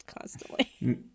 constantly